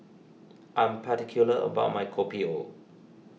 I am particular about my Kopi O